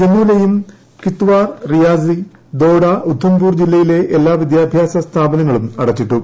ജമ്മുവിലേയും കിഷ്താർ റിയാസി ദോഡ ഉധംപൂർ ജില്ലയിലെ എല്ലാട്ട്വ്വിദ്ട്യാഭ്യാസ സ്ഥാപനങ്ങളും അടച്ചിട്ടു